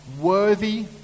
worthy